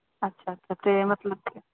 ਅੱਛਾ ਅੱਛਾ ਅਤੇ ਮਤਲਬ ਕਿ